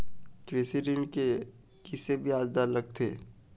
कृषि ऋण के किसे ब्याज दर लगथे?